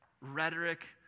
rhetoric